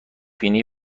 بینی